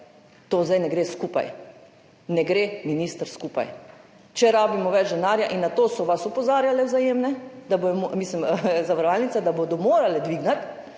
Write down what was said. To zdaj ne gre skupaj. Ne gre, minister, skupaj, če rabimo več denarja, in na to so vas opozarjale zavarovalnice, da bodo morale dvigniti,